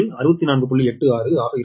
860 யாக இருக்கும்